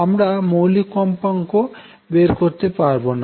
আমরা মৌলিক কম্পাঙ্ক বের করতে পারব না